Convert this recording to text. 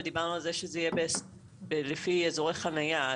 אבל דיברנו על זה שזה יהיה לפי אזורי חנייה.